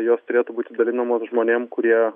jos turėtų būti dalinamos žmonėm kurie